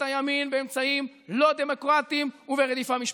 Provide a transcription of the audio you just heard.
הימין באמצעים לא דמוקרטיים וברדיפה משפטית.